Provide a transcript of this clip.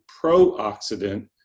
pro-oxidant